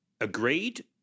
agreed